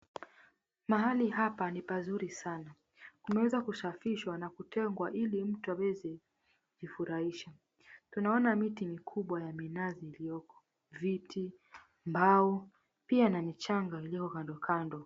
Mahali hapa ni pazuri sana pameweza kusafishwa na kutengwa ili mtu aweze kujifurahisha, tunaona miti mikubwa ya minazi iliyoko viti, mbao pia na michanga iliyoko kando kando.